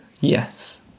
yes